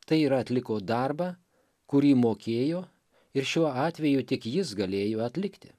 tai yra atliko darbą kurį mokėjo ir šiuo atveju tik jis galėjo atlikti